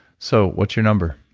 so what's your number?